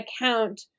account